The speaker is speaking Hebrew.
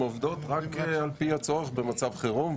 הן עבדו בצורה רצופה והיום הן עובדות רק על פי הצורך במצב חירום.